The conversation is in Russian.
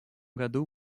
году